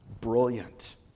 brilliant